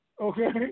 Okay